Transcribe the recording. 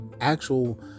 actual